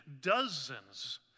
dozens